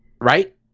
Right